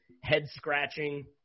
head-scratching